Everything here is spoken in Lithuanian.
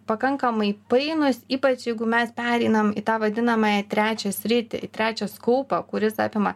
pakankamai painūs ypač jeigu mes pereinam į tą vadinamąją trečią sritį į trečią skaupą kuris apima